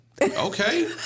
Okay